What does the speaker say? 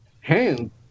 hands